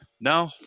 No